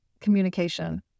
communication